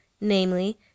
namely